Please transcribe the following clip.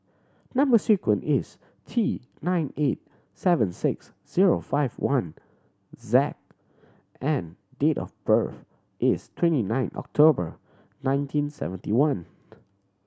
number sequence is T nine eight seven six zero five one Z and date of birth is twenty nine October nineteen seventy one